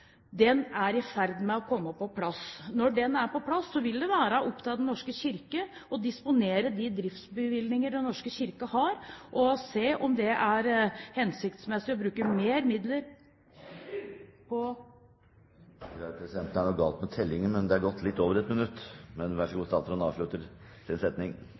Den er i ferd med å komme på plass. Når den er på plass, vil det være opp til Den norske kirke å disponere de driftsbevilgninger Den norske kirke har, og se om det er hensiktsmessig å bruke mer midler på … Presidenten tror det er noe galt med tellingen. Det er gått litt over ett minutt, men vær så god – statsråden kan avslutte sin setning.